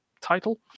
Title